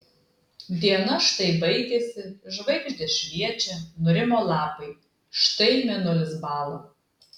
diena štai baigėsi žvaigždės šviečia nurimo lapai štai mėnulis bąla